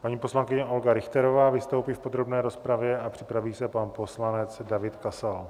Paní poslankyně Olga Richterová vystoupí v podrobné rozpravě a připraví se pan poslanec David Kasal.